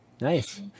nice